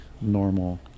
normal